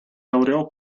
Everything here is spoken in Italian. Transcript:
laureò